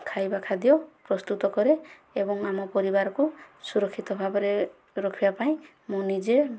ଖାଇବା ଖାଦ୍ୟ ପ୍ରସ୍ତୁତ କରେ ଏବଂ ଆମ ପରିବାରକୁ ସୁରକ୍ଷିତ ଭାବରେ ରଖିବା ପାଇଁ ମୁଁ ନିଜେ